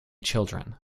children